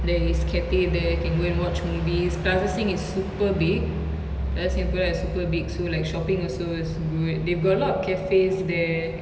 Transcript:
there is cathay there can go and watch movies plaza sing is super big plaza singapura is super big so like shopping also is good they got a lot of cafes there